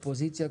אופוזיציה,